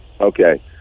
Okay